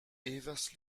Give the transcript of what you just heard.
evers